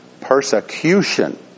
Persecution